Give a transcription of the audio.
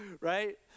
Right